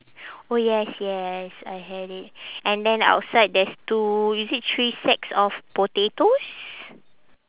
oh yes yes I had it and then outside there's two is it three sacks of potatoes